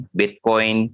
bitcoin